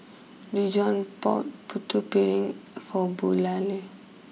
Dijon bought Putu Piring for